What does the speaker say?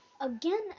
again